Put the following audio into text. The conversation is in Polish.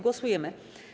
Głosujemy.